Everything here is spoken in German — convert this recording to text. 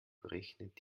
berechnet